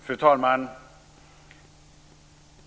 Fru talman!